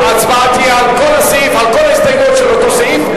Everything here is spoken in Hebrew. ההצבעה תהיה על כל ההסתייגויות של אותו סעיף,